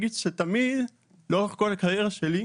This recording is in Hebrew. תמיד, לאורך כל הקריירה שלי,